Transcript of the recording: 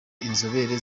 inzobere